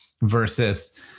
versus